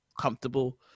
comfortable